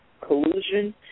collusion